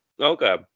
Okay